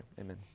Amen